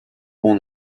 own